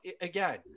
again